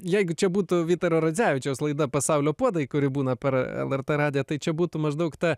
jeigu čia būtų vytaro radzevičiaus laida pasaulio puodai kuri būna per lrt radiją tai čia būtų maždaug ta